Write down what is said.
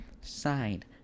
Side